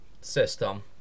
system